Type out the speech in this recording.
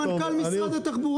זה מכתב למנכ"ל משרד התחבורה,